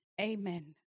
Amen